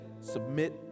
submit